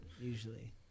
usually